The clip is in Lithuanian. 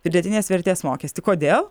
pridėtinės vertės mokestį kodėl